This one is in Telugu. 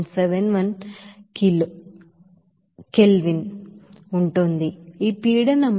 71K ఉంటుంది ఈ ప్రెషర్ 643